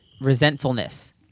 Resentfulness